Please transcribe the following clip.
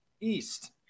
east